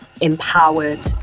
empowered